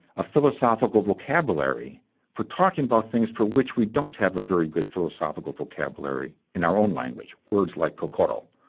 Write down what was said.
a philosophical vocabulary for talking about things for which we don't have a very good philosophical vocabulary in our own language words like kokoro.